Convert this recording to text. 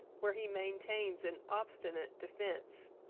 where he maintains an obstinate defence